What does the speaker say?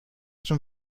schon